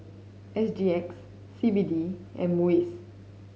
S G X C B D and MUIS